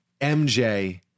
MJ